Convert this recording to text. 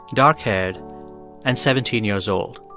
dark-haired and seventeen years old.